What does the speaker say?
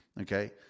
okay